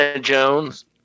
Jones